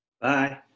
Bye